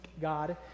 God